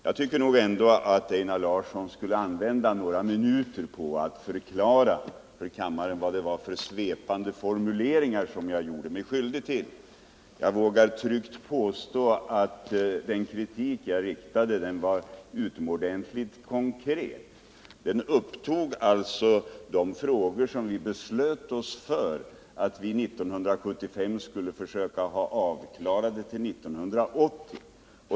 Jag tycker emellertid att han borde använda några minuter till att förklara vad det var för svepande formuleringar som jag gjorde mig skyldig till. Jag vågar tryggt påstå att den kritik jag riktade var utomordentligt koncis. Den upptog de frågor som vi 1975 beslöt oss för att ha avklarade till 1980.